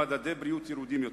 במדדי בריאות ירודים יותר.